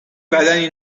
بدنی